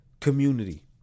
community